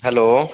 hello